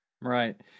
Right